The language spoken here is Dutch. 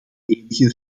enige